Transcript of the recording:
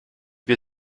wir